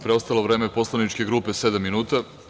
Preostalo vreme poslaničke grupe je sedam minuta.